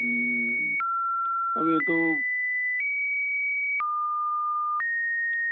હમ હવે એ તો